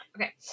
okay